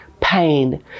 pain